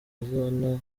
uzana